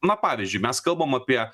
na pavyzdžiui mes kalbam apie